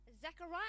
Zechariah